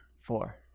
Four